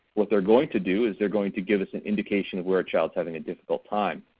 what they're going to do is they're going to give us an indication of where a child's having a difficult time.